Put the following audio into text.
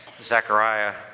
Zechariah